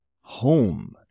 home